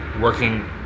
working